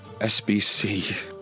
SBC